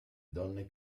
donne